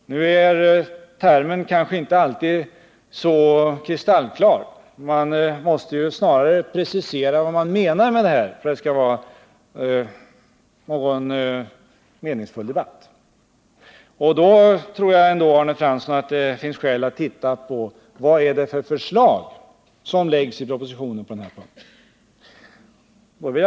Men termen är kanske inte alltid så kristallklar. Man måste snarare precisera vad man menar med decentralistisk regionalpolitik för att det skall bli en meningsfull debatt. Då tror jag, Arne Fransson, att det finns skäl att titta på vad det är för förslag som läggs i propositionen på den här punkten.